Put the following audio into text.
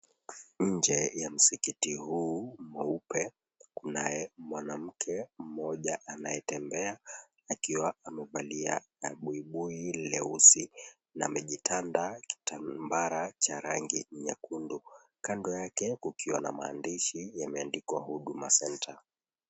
Nje ya msikiti huu mweupe, kunaye mwanamke mmoja anayetembea, akiwa amevalia buibui leusi na amejitanda kitambara cha rangi nyekundu. Kando yake kukiwa na maandishi yameandikwa, "Huduma Centre".